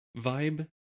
vibe